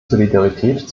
solidarität